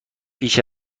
بیش